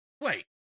Wait